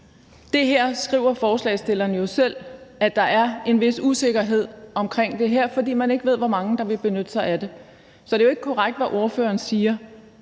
Det her skriver forslagsstillerne jo selv at der er en vis usikkerhed omkring, fordi man ikke ved, hvor mange der vil benytte sig af det. Så det er ikke korrekt, hvad ordføreren siger.